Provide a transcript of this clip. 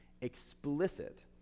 explicit